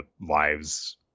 lives